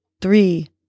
three